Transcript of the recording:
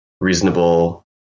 reasonable